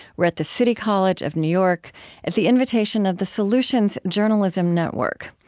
we're at the city college of new york at the invitation of the solutions journalism network.